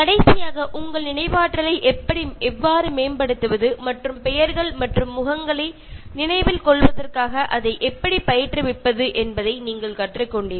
അവസാനത്തെ പാഠത്തിൽ നിങ്ങൾക്കെങ്ങനെ ഓർമ ശക്തി കൂട്ടാമെന്നും ആൾക്കാരുടെ പേരും മുഖവും എങ്ങനെ ഓർത്തു വയ്ക്കാമെന്നും മനസ്സിലാക്കി